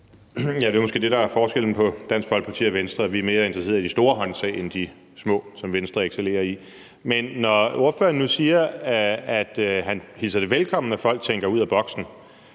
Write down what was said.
det, der er forskellen på Dansk Folkeparti og Venstre. Vi er mere interesserede i de store håndtag end de små, som Venstre excellerer i. Men når ordføreren nu siger, at han hilser det velkommen, at folk tænker ud af boksen,